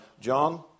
John